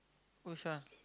which one